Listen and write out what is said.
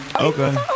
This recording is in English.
Okay